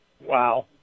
Wow